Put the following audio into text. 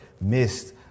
missed